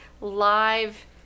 live